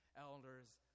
elders